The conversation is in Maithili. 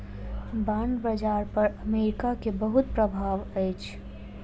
बांड बाजार पर अमेरिका के बहुत प्रभाव अछि